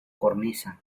cornisa